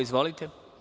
Izvolite.